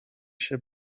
się